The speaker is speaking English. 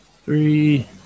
Three